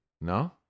No